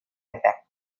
effect